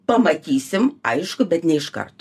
pamatysim aišku bet ne iš kart